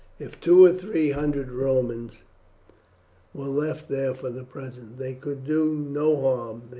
if two or three hundred romans were left there for the present? they could do no harm,